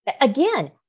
again